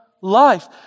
life